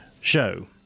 show